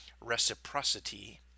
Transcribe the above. reciprocity